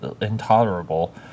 intolerable